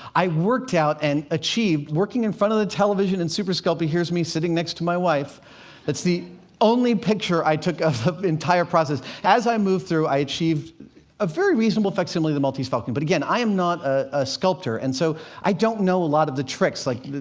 i worked out and achieved working in front of the television and super sculpey here's me sitting next to my wife it's the only picture i took of the entire process. as i moved through, i achieved a very reasonable facsimile of the maltese falcon. but again, i am not a sculptor, and so i don't know a lot of the tricks, like,